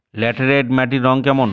Laterite মাটির রং কেমন?